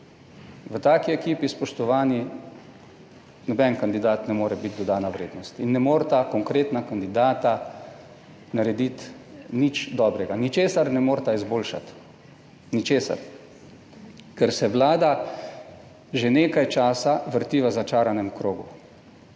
v taki ekipi, spoštovani, noben kandidat ne more biti dodana vrednost in ne moreta konkretna kandidata narediti nič dobrega, ničesar ne moreta izboljšati. Ničesar. Ker se Vlada že nekaj časa vrti v začaranem krogu.